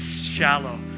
shallow